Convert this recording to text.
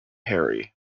hairy